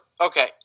Okay